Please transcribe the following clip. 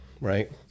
right